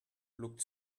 looked